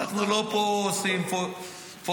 אנחנו לא עושים פה פוילשטיק,